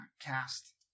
cast